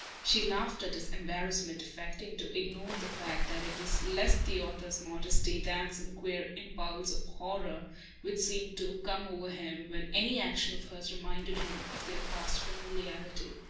she laughed at his embarrassment, affecting to ignore the fact that it was less the author's modesty than some queer impulse of horror which seemed to come over him when any action of hers reminded him of their past familiarity.